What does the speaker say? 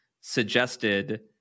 suggested